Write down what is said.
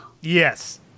yes